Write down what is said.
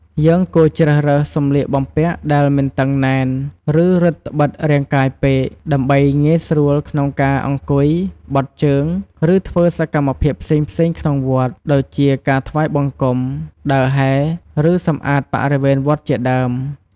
យើងគួរជ្រើសរើសសម្លៀកបំពាក់ដែលមិនតឹងណែន ឬរឹតត្បិតរាងកាយពេក ដើម្បីងាយស្រួលក្នុងការអង្គុយ បត់ជើង ឬធ្វើសកម្មភាពផ្សេងៗក្នុងវត្ត ដូចជាការថ្វាយបង្គំ ដើរហែរ ឬសម្អាតបរិវេណវត្តជាដើម។